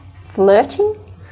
Flirting